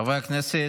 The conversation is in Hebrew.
חברי הכנסת,